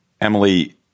Emily